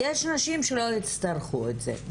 יש נשים שלא יצטרכו את זה,